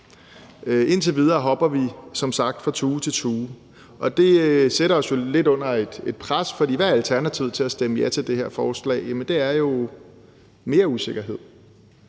Indtil videre hopper vi som sagt fra tue til tue, og det sætter os lidt under et pres, for hvad er alternativet til at stemme ja til det her forslag? Jamen det er jo mere usikkerhed.